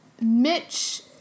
Mitch